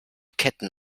ketten